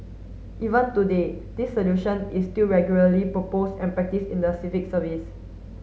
even today this solution is still regularly proposed and practised in the civil service